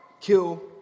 kill